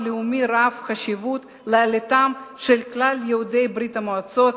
לאומי רב-חשיבות לעלייתם של כלל יהודי ברית-המועצות,